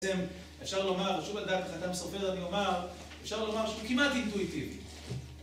אפשר לומר, שוב על דעת אדם סופר, אני אומר, אפשר לומר שהוא כמעט אינטואיטיבי.